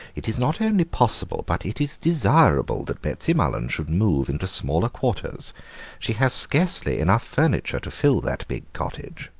it is not only possible but it is desirable that betsy mullen should move into smaller quarters she has scarcely enough furniture to fill that big cottage.